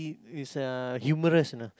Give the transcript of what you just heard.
i~ is uh humorous ah